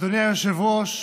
אדוני היושב-ראש,